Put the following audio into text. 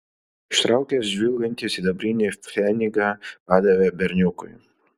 ištraukęs žvilgantį sidabrinį pfenigą padavė berniukui